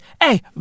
hey